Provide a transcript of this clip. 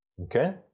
okay